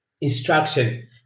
instruction